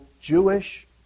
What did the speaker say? Jewish